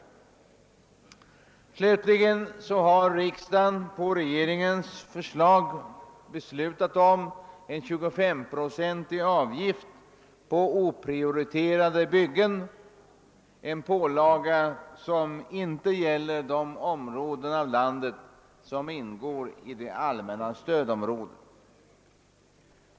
Vidare har riksdagen på regeringens förslag beslutat om en 25-procentig avgift på oprioriterade byggen, en pålaga, som inte gäller de områden av landet, som ingår i det allmänna stödområdet.